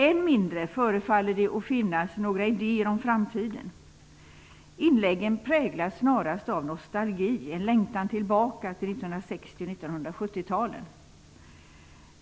Än mindre förefaller det att finnas några idéer om framtiden. Inläggen präglas snarast av nostalgi; en längtan tillbaka till 1960 och 1970-talen.